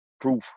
proof